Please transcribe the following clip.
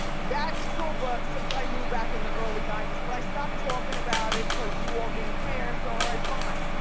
that's cuba since i knew back in the early ninety s, but i stopped talkin' about it cause you all didn't care so all right, fine.